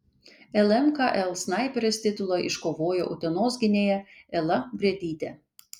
lmkl snaiperės titulą iškovojo utenos gynėja ela briedytė